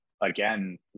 again